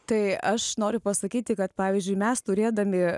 tai aš noriu pasakyti kad pavyzdžiui mes turėdami